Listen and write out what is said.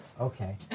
Okay